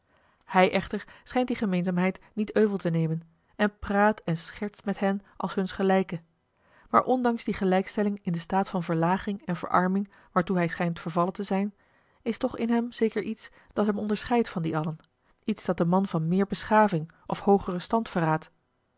hij echter schijnt die gemeenzaamheid niet euvel te nemen en praat en schertst met hen als huns gelijke maar ondanks die gelijkstelling in den staat van verlaging en verarming waartoe hij schijnt vervallen te zijn is toch in hem zeker iets dat hem onderscheidt van die allen iets dat den man van meer beschaving of hoogeren stand verraadt